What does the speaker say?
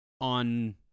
on